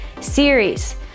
series